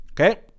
Okay